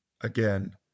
again